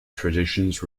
traditions